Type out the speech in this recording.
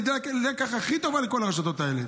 זה הלקח הכי טוב לכל הרשתות האלה.